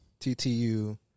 TTU